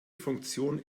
funktion